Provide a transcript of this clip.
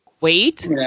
Wait